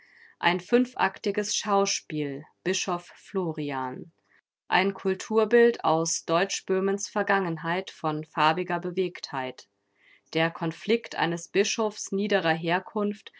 ein fünfaktiges schauspiel bischof florian ein kulturbild aus deutschböhmens vergangenheit von farbiger bewegtheit der konflikt eines bischofs niederer herkunft